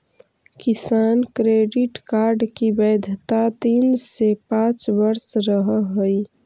किसान credit card की वैधता तीन से पांच वर्ष रहअ हई